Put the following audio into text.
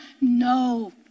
No